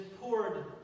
poured